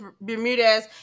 Bermudez